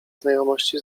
znajomości